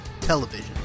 television